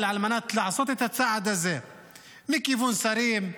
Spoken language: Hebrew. על מנת לעשות את הצעד הזה מכיוון שרים,